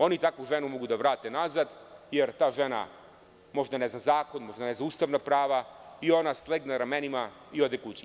Oni takvu ženu mogu da vrate nazad, jer ta žena možda ne zna zakon, možda ne zna ustavna prava, i ona slegne ramenima i ode kući.